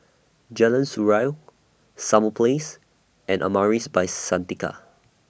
Jalan Surau Summer Place and Amaris By Santika